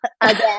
again